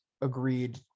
agreed